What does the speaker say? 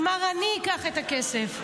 אמר: אני אתן את הכסף.